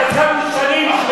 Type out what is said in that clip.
ישבנו שנים לשמוע